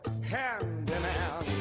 handyman